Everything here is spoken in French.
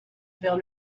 vers